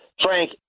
Frank